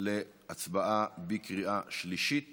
להצבעה בקריאה שלישית